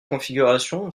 configuration